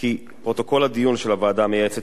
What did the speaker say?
שפרוטוקול הדיון של הוועדה המייעצת